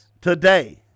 Today